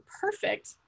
perfect